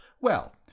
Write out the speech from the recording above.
Well